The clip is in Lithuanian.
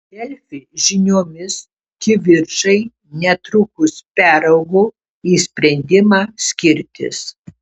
delfi žiniomis kivirčai netrukus peraugo į sprendimą skirtis